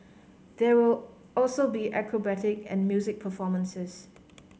there will also be acrobatic and music performances